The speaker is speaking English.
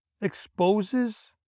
exposes